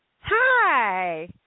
Hi